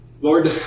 Lord